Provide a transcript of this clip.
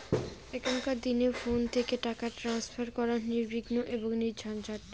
এখনকার দিনে ফোন থেকে টাকা ট্রান্সফার করা নির্বিঘ্ন এবং নির্ঝঞ্ঝাট